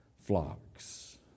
flocks